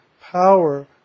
power